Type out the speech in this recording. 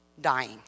dying